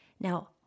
Now